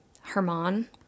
Herman